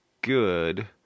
good